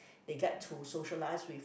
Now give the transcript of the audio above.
they got to socialise with